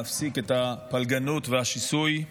להפסיק את הפלגנות והשיסוי,